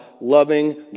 loving